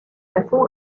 façon